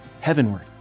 heavenward